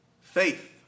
Faith